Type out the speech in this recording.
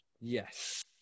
Yes